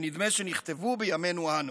ונדמה שנכתבו בימינו אנו.